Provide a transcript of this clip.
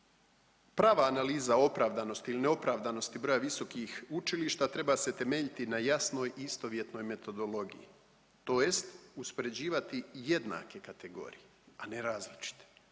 Prava analiza opravdanosti ili neopravdanosti broja visokih učilišta treba se temeljiti na jasnoj i istovjetnoj metodologiji tj. uspoređivati jednake kategorije, a ne različite.